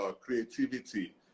creativity